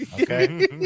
Okay